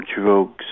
drugs